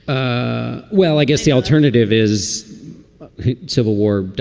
ah well, i guess the alternative is civil war.